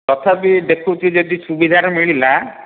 ତଥାପି ଦେଖୁଛି ଯଦି ସୁବିଧାରେ ମିଳିଲା